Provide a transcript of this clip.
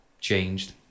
changed